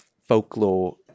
folklore